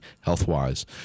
health-wise